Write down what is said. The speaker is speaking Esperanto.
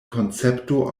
koncepto